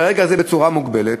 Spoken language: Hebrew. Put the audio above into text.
כרגע זה בצורה מוגבלת,